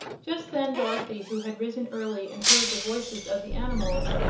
just then dorothy, who had risen early and heard the voices of the animals,